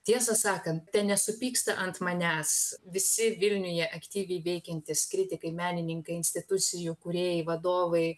tiesą sakant tenesupyksta ant manęs visi vilniuje aktyviai veikiantys kritikai menininkai institucijų kūrėjai vadovai